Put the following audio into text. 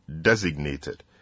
designated